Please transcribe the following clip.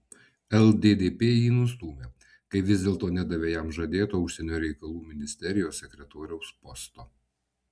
lddp jį nustūmė kai vis dėlto nedavė jam žadėto užsienio reikalų ministerijos sekretoriaus posto